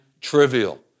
trivial